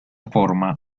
forma